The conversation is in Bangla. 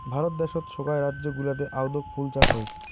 ভারত দ্যাশোত সোগায় রাজ্য গুলাতে আদৌক ফুল চাষ হউ